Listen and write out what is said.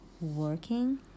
working